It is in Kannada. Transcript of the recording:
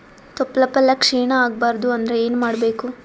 ತೊಪ್ಲಪಲ್ಯ ಕ್ಷೀಣ ಆಗಬಾರದು ಅಂದ್ರ ಏನ ಮಾಡಬೇಕು?